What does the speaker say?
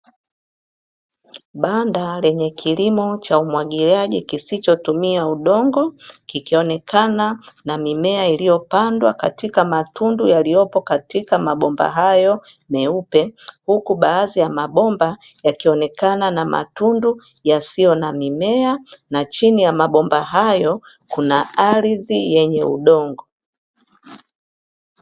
Banda lenye kilimo cha umwagiliaji kisichotumia udongo, kikionekana na mimea iliyopandwa katika matundu yaliyopo katika mabomba hayo meupe, huku baadhi ya mabomba yakionekana na matundu yasiyo na mimea, na chini ya mabomba hayo kuna aridhi yenye udongo